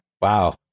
Wow